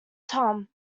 tom